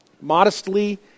modestly